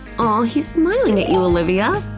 ah he's smiling at you, olivia!